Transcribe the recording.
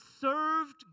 served